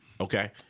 Okay